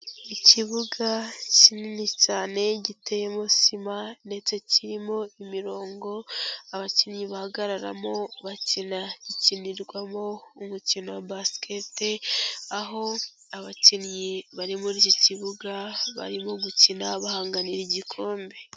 Ikibuga kinini cyane giteyemo sima ndetse kirimo imirongo abakinnyi bahagararamo bakina. Gikinirwamo umukino wa basikete, aho abakinnyi bari muri iki kibuga barimo gukina bahanganira igikombe.